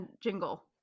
Jingle